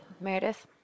meredith